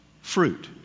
Fruit